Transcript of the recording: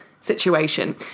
situation